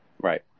Right